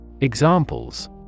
Examples